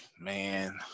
man